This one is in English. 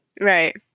Right